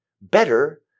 better